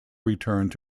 returned